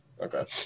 Okay